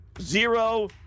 zero